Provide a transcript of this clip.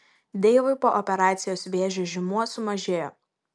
deivui po operacijos vėžio žymuo sumažėjo